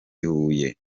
huye